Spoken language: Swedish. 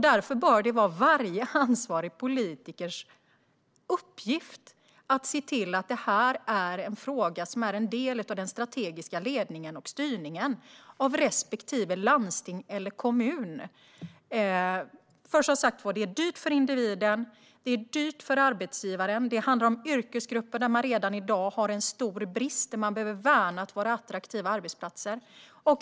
Därför bör det vara varje ansvarig politikers uppgift att se till att denna fråga är en del av den strategiska ledningen och styrningen av respektive landsting eller kommun. Det är som sagt dyrt för individen och dyrt för arbetsgivaren, och det handlar om yrkesgrupper där man redan i dag har en stor brist och där man behöver värna möjligheten att vara attraktiva arbetsplatser.